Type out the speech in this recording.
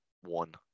one